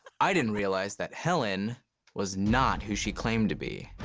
i didn't realize that helen was not who she claimed to be.